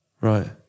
Right